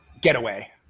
Getaway